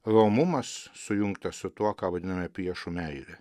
romumas sujungtas su tuo ką vadiname priešų meilė